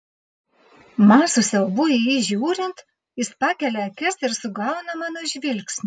man su siaubui į jį žiūrint jis pakelia akis ir sugauna mano žvilgsnį